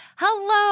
Hello